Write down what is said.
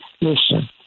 Listen